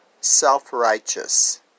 self-righteous